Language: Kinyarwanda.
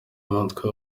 mutwe